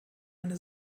eine